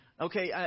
Okay